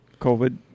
COVID